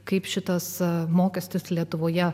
kaip šitas mokestis lietuvoje